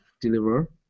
deliver